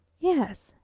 yes.